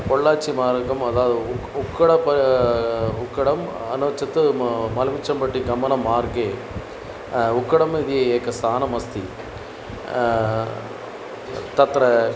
पोळ्ळाचि मार्गम् अद उक् उक्कड प उक्कडं नो चेत् म मलमुचमटि गमनमार्गे उक्कडम् इति एकं स्थानमस्ति तत्र